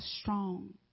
strong